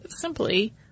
simply